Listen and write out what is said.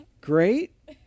Great